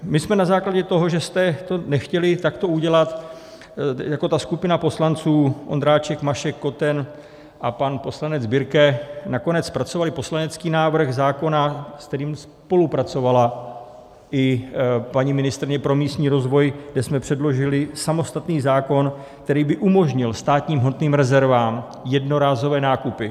My jsme na základě toho, že jste to nechtěli takto udělat, jako ta skupina poslanců Ondráček, Mašek, Koten a pan poslanec Birke nakonec zpracovali poslanecký návrh zákona, s kterým spolupracovala i paní ministryně pro místní rozvoj, kde jsme předložili samostatný zákon, který by umožnil státním hmotným rezervám jednorázové nákupy.